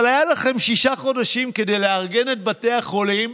אבל היו לכם שישה חודשים כדי לארגן את בתי החולים.